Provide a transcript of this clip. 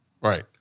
Right